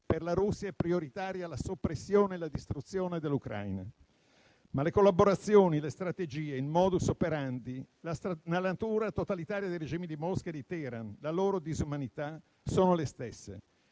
per la Russia è prioritaria la soppressione e la distruzione dell'Ucraina. Ma le collaborazioni, le strategie, il *modus operandi*, la natura totalitaria dei regimi di Mosca e di Teheran, la loro disumanità sono le stesse.